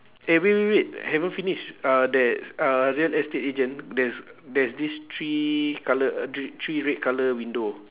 eh wait wait wait haven't finish uh there's uh real estate agent there's there's this three colour uh thr~ three red colour window